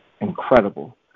incredible